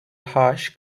harsh